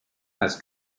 has